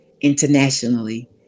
internationally